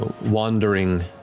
wandering